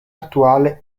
attuale